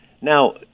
Now